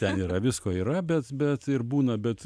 ten yra visko yra bet bet ir būna bet